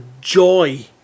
joy